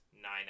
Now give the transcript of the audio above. nine